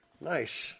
Nice